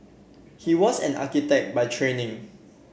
he was an architect by training